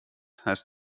heißt